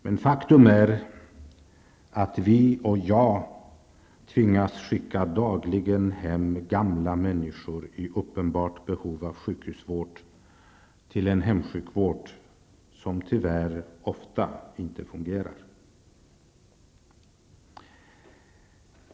Men faktum är att jag och många andra dagligen tvingas skicka hem gamla människor i uppenbart behov av sjukhusvård till en hemsjukvård, som tyvärr ofta inte fungerar.